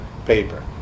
paper